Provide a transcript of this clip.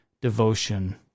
Devotion